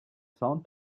sound